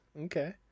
Okay